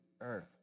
earth